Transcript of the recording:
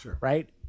Right